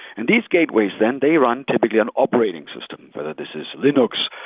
and these gateways then they run typically on operating system, whether this is linux,